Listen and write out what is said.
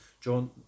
John